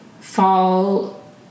fall